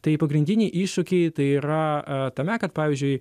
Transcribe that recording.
tai pagrindiniai iššūkiai tai yra tame kad pavyzdžiui